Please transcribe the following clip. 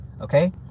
Okay